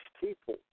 people